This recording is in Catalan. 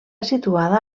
situada